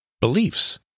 beliefs